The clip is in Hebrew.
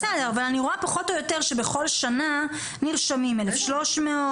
אבל אני רואה שפחות או יותר בכל שנה נרשמים: 1,300,